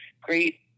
great